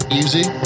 easy